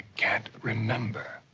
can't remember.